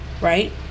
Right